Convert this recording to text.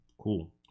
cool